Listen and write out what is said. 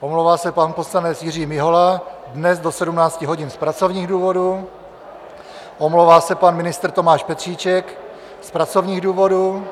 Omlouvá se pan poslanec Jiří Mihola dnes do 17 hodin z pracovních důvodů, omlouvá se pan ministr Tomáš Petříček z pracovních důvodů,